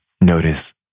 Notice